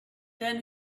then